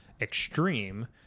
Extreme